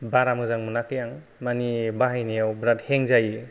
बारा मोजां मोनाखै आं माने बाहायनायाव बिराद हें जायो